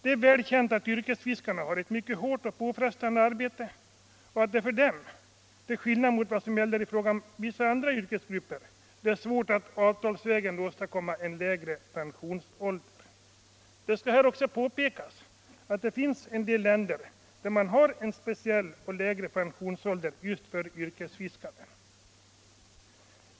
Det är väl känt att yrkesfiskarna har ett mycket hårt och påfrestande arbete och att det för dem, till skillnad mot vad som gäller för vissa andra yrkesgrupper, är svårt att avtalsvägen åstadkomma lägre pensionsålder. Det måste här också påpekas att det finns en del länder där man har en lägre pensionsålder just för yrkesfiskare.